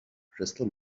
crystal